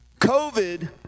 COVID